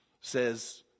says